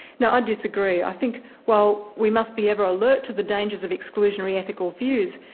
now i disagree. i think while we must be ever alert to the dangers of exclusionary ethical views,